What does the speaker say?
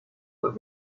what